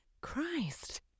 Christ